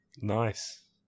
Nice